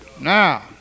Now